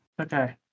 Okay